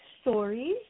stories